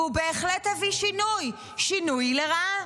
והוא בהחלט הביא שינוי, שינוי לרעה.